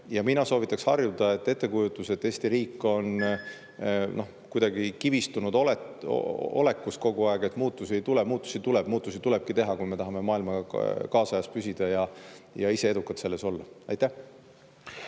[ei] soovitaks harjuda ettekujutusega, et Eesti riik on kuidagi kivistunud olekus kogu aeg ja muutusi ei tule. Muutusi tuleb. Muutusi tulebki teha, kui me tahame maailma kaasajas püsida ja ise edukad olla. Suur